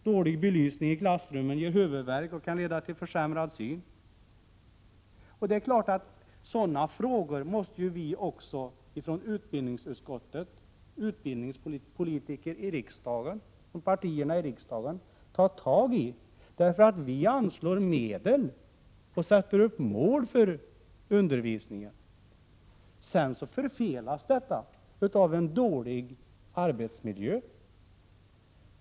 Dålig belysning i klassrummen ger huvudvärk och kan leda till försämrad syn. Det är klart att utbildningsutskottet och utbildningspolitiker från partierna iriksdagen måste ta tag i sådana frågor. Vi anslår ju medel och sätter upp mål för undervisningen. Detta förfelas sedan av den dåliga arbetsmiljön.